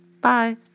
Bye